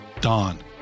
dawn